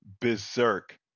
berserk